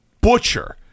butcher